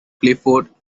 clifford